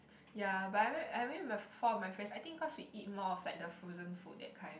ya but I went with I went with four of my friends I think cause we eat more of like the frozen food that kind